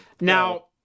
now